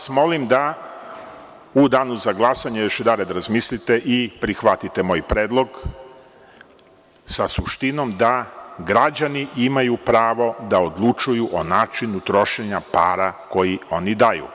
Molim vas da u Danu za glasanje još jednom razmislite i prihvatite moj predlog sa suštinom da građani imaju pravo da odlučuju o načinu trošenja para koje oni daju.